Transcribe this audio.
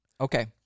okay